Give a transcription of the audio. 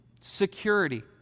security